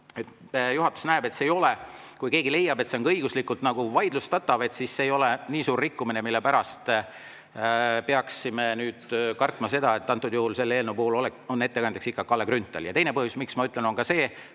Juhatus näeb, et see ei ole … Kui keegi leiab, et see on õiguslikult vaidlustatav, siis see ei ole nii suur rikkumine, et pärast peaksime kartma seda, et antud juhul on selle eelnõu ettekandjaks ikka Kalle Grünthal. Ja teine põhjus, ma ütlen, on ka see,